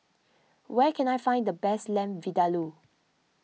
where can I find the best Lamb Vindaloo